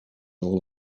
all